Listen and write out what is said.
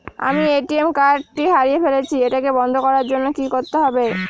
আমি ATM card টি হারিয়ে ফেলেছি এটাকে বন্ধ করার জন্য কি করতে হবে?